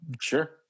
sure